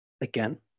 again